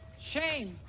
shame